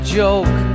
joke